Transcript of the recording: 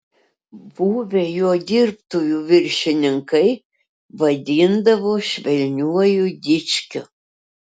buvę jo dirbtuvių viršininkai vadindavo švelniuoju dičkiu